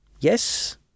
Yes